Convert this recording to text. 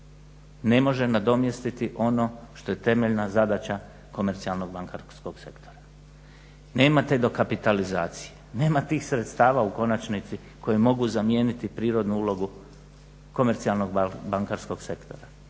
ne može nadomjestiti ono što je temeljna zadaća komercijalnog banakraskog sektora. Nema te dokapitalizacije, nema tih sredstava u konačnici koje mogu zamijeniti prirodnu ulogu komercijalnog bankaraskog sektora.